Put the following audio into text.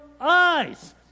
eyes